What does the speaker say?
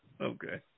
Okay